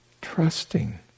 trusting